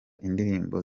indirimbo